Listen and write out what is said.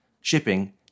Shipping